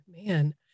man